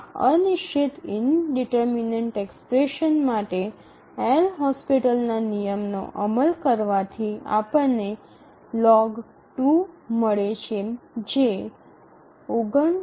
આ અનિશ્ચિત એક્સપ્રેશન માટે એલ હોસ્પિટલ્સના નિયમનો અમલ કરવાથી આપણને log 2 મળે છે જે ૬૯